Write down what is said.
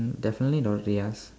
mm definitely not